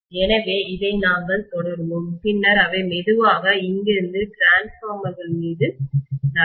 எனவே இதை நாங்கள் தொடருவோம் பின்னர் அவை மெதுவாக இங்கிருந்து டிரான்ஸ்பார்மர்கள் மீது நகரும்